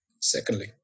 Secondly